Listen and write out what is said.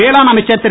வேளாண் அமைச்சர் திரு